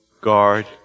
guard